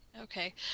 Okay